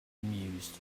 mused